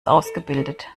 ausgebildet